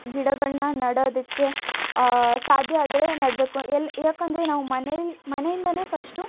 ಗಿಡಗಳನ್ನ ನೆಡೋದಕ್ಕೆ ಸಾಧ್ಯ ಆದರೆ ನೆಡಬೇಕು ಎಲ್ಲಿ ಯಾಕೆಂದರೆ ನಾವು ಮನೇಲಿ ಮನೆಯಿಂದಾನೆ ಫಷ್ಟು